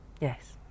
yes